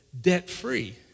debt-free